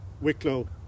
Wicklow